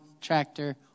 tractor